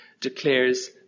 declares